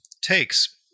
takes